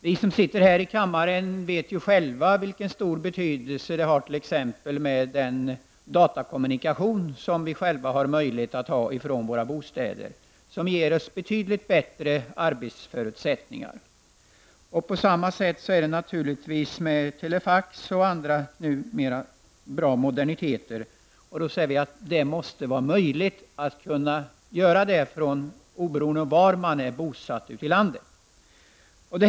Vi som sitter i denna kammare vet själva vilken stor betydelse som t.ex. den datakommunikation som vi har möjlighet att utnyttja från våra bostäder har och hur den ger oss betydligt bättre arbetsförutsättningar. På samma sätt är det naturligtvis med telefax och andra moderniteter. Det måste vara möjligt att utnyttja dessa oberoende av var man är bosatt i landet.